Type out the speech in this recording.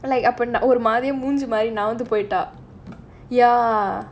like அப்ப ஒரு மாரி மூஞ்சி மாரி நவுந்து போயிட்டா:appa oru maari moonji maari navunthu poyittaa